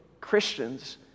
Christians